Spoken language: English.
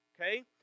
okay